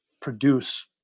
produce